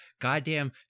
goddamn